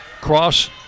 Cross